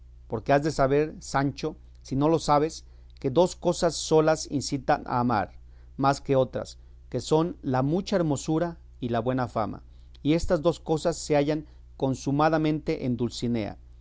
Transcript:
porque has de saber sancho si no lo sabes que dos cosas solas incitan a amar más que otras que son la mucha hermosura y la buena fama y estas dos cosas se hallan consumadamente en dulcinea